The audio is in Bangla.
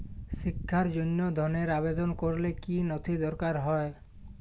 শিক্ষার জন্য ধনের আবেদন করলে কী নথি দরকার হয়?